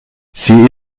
sie